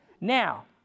Now